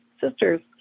sisters